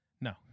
No